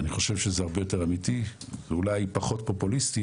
אני חושב שזה הרבה יותר אמיתי ואולי פחות פופוליסטי,